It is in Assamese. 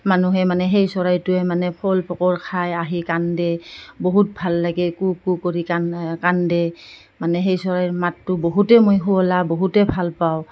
মানুহে মানে সেই চৰাইটোৱে মানে ফল ফকৰ খাই আহি কান্দে বহুত ভাল লাগে কু কু কৰি কা কান্দে মানে সেই চৰাইৰ মাতটো বহুতেই মই শুৱলা বহুতেই ভাল পাওঁ